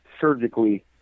surgically